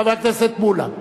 חבר הכנסת מולה.